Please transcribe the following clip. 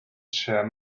share